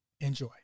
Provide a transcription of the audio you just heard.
Enjoy